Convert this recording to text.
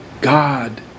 God